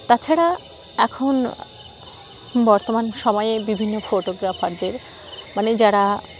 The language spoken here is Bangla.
তাছাড়া এখন বর্তমান সময়ে বিভিন্ন ফটোগ্রাফারদের মানে যারা